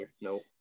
Nope